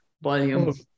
volume